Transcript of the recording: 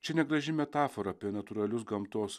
čia ne graži metafora apie natūralius gamtos